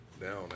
down